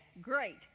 great